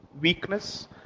weakness